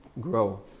grow